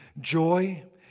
joy